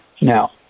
now